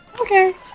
Okay